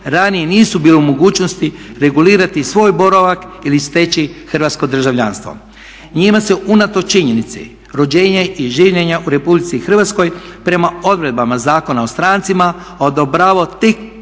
ranije nisu bili u mogućnosti regulirati svoj boravak ili steći hrvatsko državljanstvo. Njima se unatoč činjenici rođenja i življenja u RH prema odredbama Zakona o strancima odobravao tek